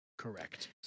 Correct